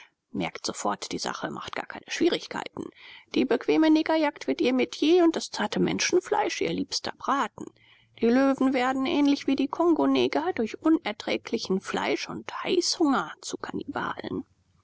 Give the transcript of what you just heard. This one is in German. merkt sofort die sache macht gar keine schwierigkeiten die bequeme negerjagd wird ihr metier und das zarte menschenfleisch ihr liebster braten die löwen werden ähnlich wie die kongoneger durch unerträglichen fleisch und heißhunger zu kannibalen